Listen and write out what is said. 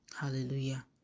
Hallelujah